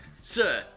sir